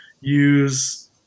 use